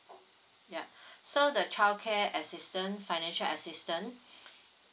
ya so the childcare assistant financial assistance